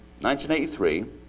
1983